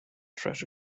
treasure